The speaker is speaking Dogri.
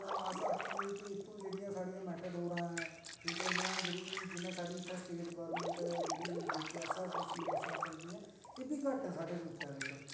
अस आक्खिये कि साढ़ियां जेहड़ियां मेटाडोरां न जेहड़ी साढ़ी इत्थै जेहड़ी स्टेट गवर्नमेंट ऐ जेहकी एसआरटीसी दियां बस्सां चलदियां न ऐ बी घट्ट ऐ साढ़े रूट उप्पर